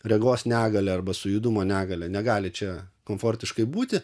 regos negalia arba su judumo negalia negali čia komfortiškai būti